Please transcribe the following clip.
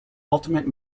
ultimate